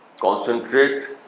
concentrate